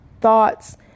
thoughts